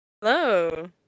Hello